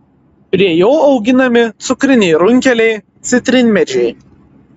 prie jo auginami cukriniai runkeliai citrinmedžiai